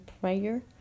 prayer